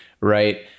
right